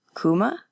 Kuma